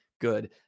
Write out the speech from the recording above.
good